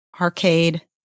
arcade